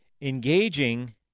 engaging